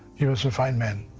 he was a fine man.